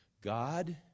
God